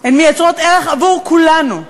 הן מייצרות ערך עבור כולנו.